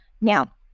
now